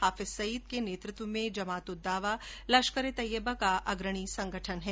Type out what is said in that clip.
हाफिज सईद के नेतृत्वमें जमात उद दावा लश्करे तैएबा का अग्रणी संगठन है